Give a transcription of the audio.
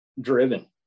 driven